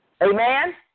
Amen